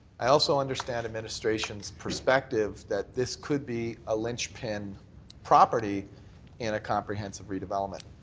i also understand administration perspective that this could be a linchpin property in a comprehensive redevelopment.